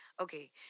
Okay